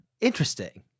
Interesting